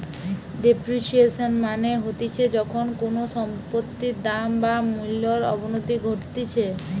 depreciation মানে হতিছে যখন কোনো সম্পত্তির দাম বা মূল্যর অবনতি ঘটতিছে